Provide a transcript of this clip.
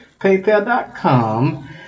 paypal.com